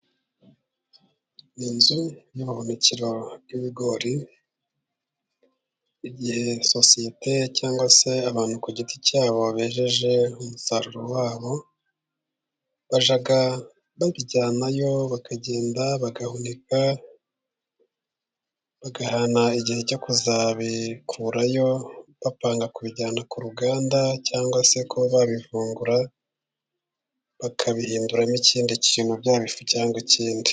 Inzu y'ubuhuniro bw'ibigori, igihe sosiyete cyangwa se abantu ku giti cyabo bejeje umusaruro wabo bajya babijyanayo bakagenda bagahunika, bagahana igihe cyo kuzabikurayo bapanga kubijyana ku ruganda cyangwa se kuba babivugura, bakabihinduramo ikindi kintu byaba ifu cyangwa ikindi.